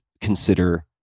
consider